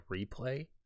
replay